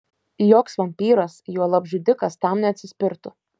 joks vampyras juolab žudikas tam neatsispirtų